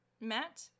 Matt